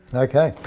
okay.